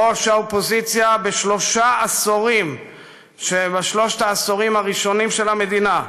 ראש האופוזיציה בשלושת העשורים הראשונים של המדינה,